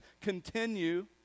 continue